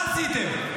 מה עשיתם?